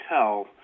tell